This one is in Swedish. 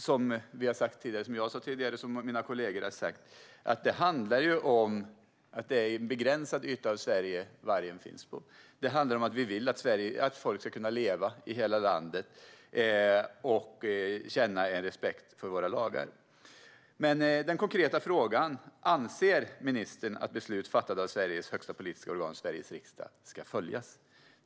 Som jag och mina kollegor har sagt handlar det om att vargen finns på en begränsad yta i Sverige och att vi vill att folk ska kunna leva i hela landet och känna respekt för våra lagar. Min konkreta fråga är: Anser ministern att beslut fattade av Sveriges högsta politiska organ, Sveriges riksdag, ska följas?